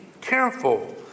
careful